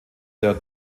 der